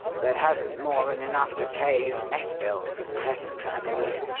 but hasn't more than enough to pay his mess bills at present, i believe.